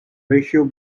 ratio